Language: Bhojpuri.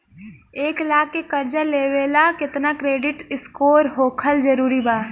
एक लाख के कर्जा लेवेला केतना क्रेडिट स्कोर होखल् जरूरी बा?